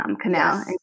canal